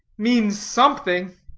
means something.